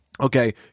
Okay